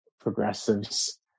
progressives